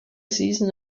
season